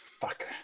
Fuck